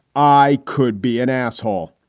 i could be an asshole.